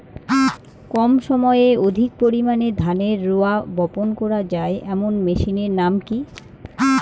কম সময়ে অধিক পরিমাণে ধানের রোয়া বপন করা য়ায় এমন মেশিনের নাম কি?